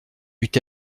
eut